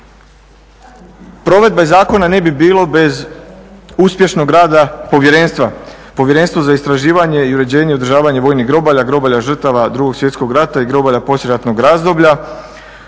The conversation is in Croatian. Provedbe zakona ne bi bilo bez uspješnog rada povjerenstva, Povjerenstvo za istraživanja, i uređivanje i održavanje vojnih grobalja, grobalja žrtava 2.svjetskog rata i grobalja poslijeratnog razdoblja.